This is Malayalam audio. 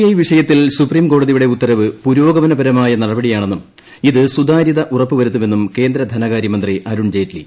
ഐ വിഷയത്തിൽ സുപ്രീം കോടതിയുടെ ഉത്തരവ് പുരോഗമനപരമായ നടപടിയാണെന്നും ഇത് സുതാര്യത ഉറപ്പു വരുത്തുമെന്നും കേന്ദ്ര ധനകാരൃമന്ത്രി അരുൺജെയ്റ്റ്ലി